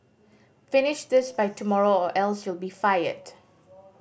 finish this by tomorrow or else you'll be fired